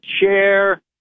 chair